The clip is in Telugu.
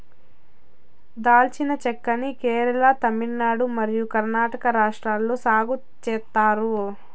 దాల్చిన చెక్క ని కేరళ, తమిళనాడు మరియు కర్ణాటక రాష్ట్రాలలో సాగు చేత్తారు